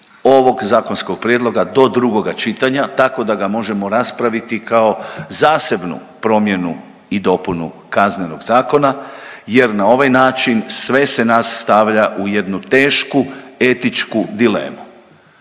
ovog zakonskog prijedloga do drugoga čitanja tako da ga možemo raspraviti kao zasebnu promjenu i dopunu Kaznenog zakona jer na ovaj način sve se nas stavlja u jednu tešku etičku dilemu.